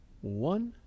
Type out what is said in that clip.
One